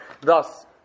Thus